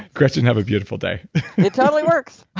gretchen, have a beautiful day it totally works